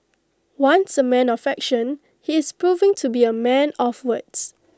once A man of action he is proving to be A man of words